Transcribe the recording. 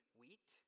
wheat